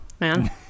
man